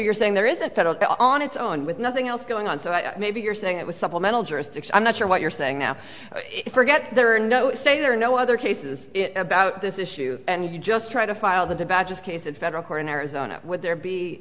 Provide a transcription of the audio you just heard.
you're saying there is a federal on its own with nothing else going on so i may be you're saying it was supplemental jurisdiction i'm not sure what you're saying now forget there are no say there are no other cases it about this issue and you just try to file the badges case in federal court in arizona would there be